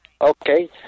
Okay